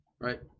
Right